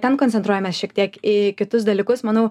ten koncentruojamės šiek tiek į kitus dalykus manau